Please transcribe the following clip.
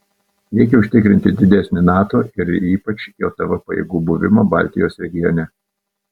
reikia užtikrinti didesnį nato ir ypač jav pajėgų buvimą baltijos regione